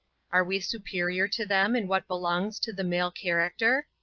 are we superior to them in what belongs to the male character?